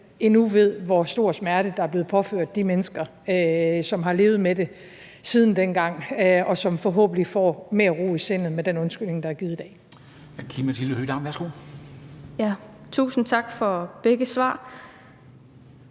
endnu ved, hvor stor smerte der er blevet påført de mennesker, som har levet med det siden dengang, og som forhåbentlig får mere ro i sindet med den undskyldning, der er givet i dag. Kl. 13:17 Formanden